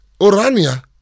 Orania